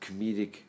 comedic